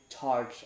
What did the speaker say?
charge